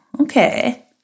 okay